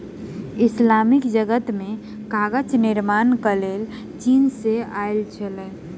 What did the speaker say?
Islamic जगत मे कागज निर्माणक कला चीन सॅ आयल छल